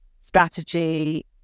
strategy